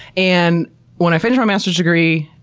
and when i finished my master's degree,